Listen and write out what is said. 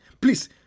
Please